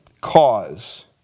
cause